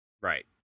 Right